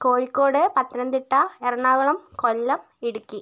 Kozhikode Pathanamthitta Ernakulam Kollam Idukki